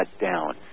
down